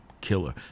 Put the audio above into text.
killer